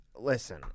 listen